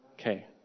Okay